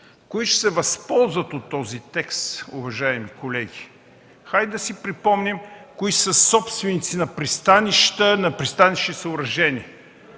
Кои ще се възползват от този текст, уважаеми колеги? Хайде да си припомним кои са собственици на пристанища и на пристанищни съоръжения!